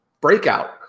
breakout